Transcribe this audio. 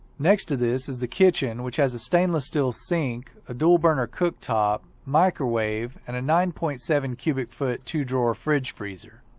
next to this is the kitchen which has a stainless steel sink, a dual-burner cooktop, microwave, and a nine point seven cubic foot two drawer fridge freezer.